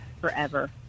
forever